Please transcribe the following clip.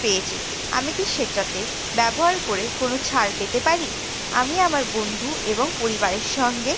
পেয়েছি আমি কি সেটাতে ব্যবহার করে কোনো ছাড় পেতে পারি আমি আমার বন্ধু এবং পরিবারের সঙ্গে